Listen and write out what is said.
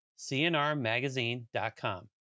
cnrmagazine.com